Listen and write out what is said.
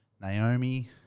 Naomi